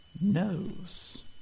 knows